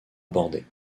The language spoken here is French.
abordé